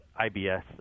IBS